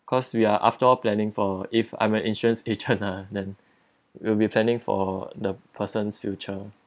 cause we are after all planning for if I'm an insurance agent ah then will be planning for the person's future